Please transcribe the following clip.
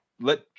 let